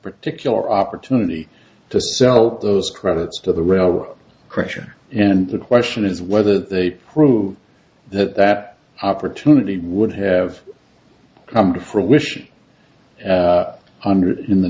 particular opportunity to sell those credits to the rio creature and the question is whether they prove that that opportunity would have come to fruition under in the